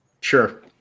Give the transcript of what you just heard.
Sure